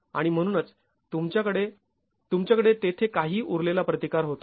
आणि म्हणूनच तुमच्याकडे तुमच्याकडे तेथे काही उरलेला प्रतिकार होता